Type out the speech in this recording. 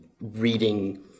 reading